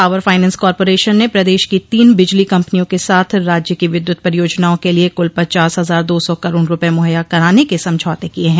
power finance corporation ने प्रदेश की तीन बिजली कम्पनियों के साथ राज्य की विद्युत परियोजनाओं के लिए कुल पचास हजार दो सौ करोड़ रूपये मुहैया कराने के समझौते किये हैं